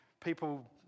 people